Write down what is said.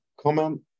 comment